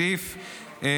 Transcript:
(9) סעיף 21(1)(ב),